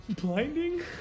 blinding